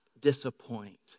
disappoint